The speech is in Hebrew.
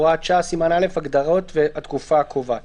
הוראת שעה סימן א' הגדרות והתקופה הקובעת